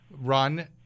run